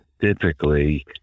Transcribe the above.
Typically